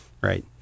right